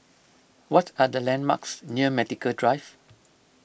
what are the landmarks near Medical Drive